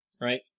right